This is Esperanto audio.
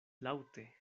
laŭte